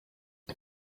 ati